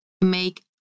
make